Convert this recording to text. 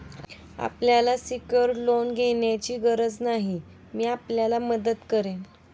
आपल्याला secured loan घेण्याची गरज नाही, मी आपल्याला मदत करेन